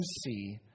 see